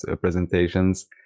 presentations